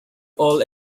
all